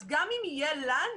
אז גם אם יהיה לנו